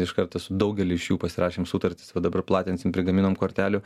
iš karto su daugeliu iš jų pasirašėm sutartis va dabar platinsim prigaminom kortelių